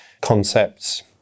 concepts